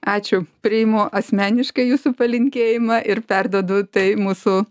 ačiū priimu asmeniškai jūsų palinkėjimą ir perduodu tai mūsų